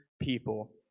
people